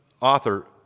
author